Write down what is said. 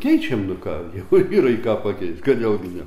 keičiam nu ką jeigu yra į ką pakeist kodėl gi ne